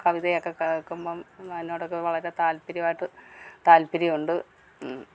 കവിതയൊക്കെ കേൾക്കുമ്പം അതിനോടൊക്കെ വളരെ താല്പര്യമായിട്ട് താല്പര്യമുണ്ട്